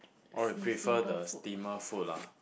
or you prefer the steamer food lah